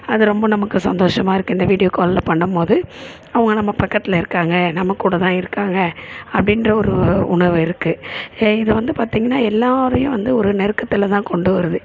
அது ரொம்ப நமக்கு சந்தோஷமாக இருக்குது இந்த வீடியோ காலில் பண்ணும் போது அவங்க நம்ம பக்கத்தில் இருக்காங்க நம்ம கூட தான் இருக்காங்க அப்படின்ற ஒரு உணர்வு இருக்குது இதை வந்து பார்த்தீங்கன்னா எல்லாேரையும் வந்து ஒரு நெருக்கத்தில் தான் கொண்டு வருது